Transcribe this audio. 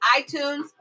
itunes